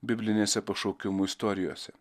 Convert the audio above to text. biblinėse pašaukimų istorijose